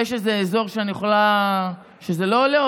יש איזה אזור שזה לא עולה,